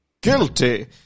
Guilty